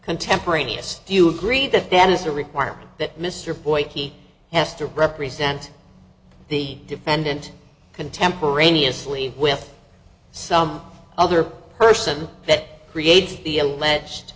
contemporaneous do you agree that there is a requirement that mr boyd he has to represent the defendant contemporaneously with some other person that created the alleged